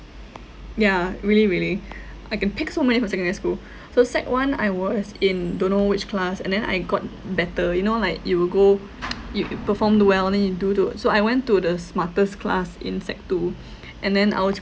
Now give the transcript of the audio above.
yeah really really I can pick so many from secondary school so sec one I was in don't know which class and then I got better you know like you will go if you performed well then you do to uh so I went to the smartest class in sec two and then I was